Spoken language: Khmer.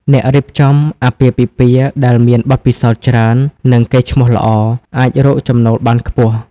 អ្នករៀបចំអាពាហ៍ពិពាហ៍ដែលមាន បទពិសោធន៍ច្រើន និងកេរ្តិ៍ឈ្មោះល្អ អាចរកចំណូលបានខ្ពស់។